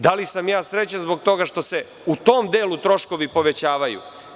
Da li sam ja srećan zbog toga što se u tom delu troškovi povećavaju?